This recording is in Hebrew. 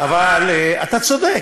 אתה צודק.